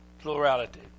plurality